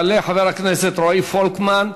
יעלה חבר הכנסת רועי פולקמן.